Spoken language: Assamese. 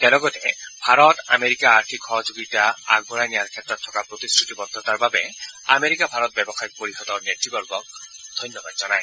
তেওঁ লগতে ভাৰত আমেৰিকা আৰ্থিক সহযোগিতা আগবঢ়াই নিয়াৰ ক্ষেত্ৰত থকা প্ৰতিশ্ৰুতিবদ্ধতাৰ বাবে আমেৰিকা ভাৰত ব্যৱসায়ীক পৰিষদৰ নেত়বৰ্গক ধন্যবাদ জনায়